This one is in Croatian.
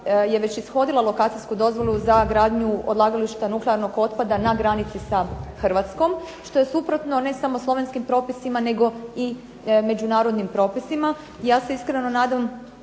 je već ishodila lokacijsku dozvolu za gradnju odlagališta nuklearnog otpada na granici sa Hrvatskom što je suprotno ne samo slovenskim propisima nego i međunarodnim propisima. I ja se iskreno nadam